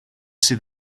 sydd